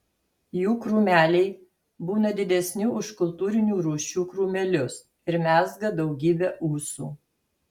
jų krūmeliai būna didesni už kultūrinių rūšių krūmelius ir mezga daugybę ūsų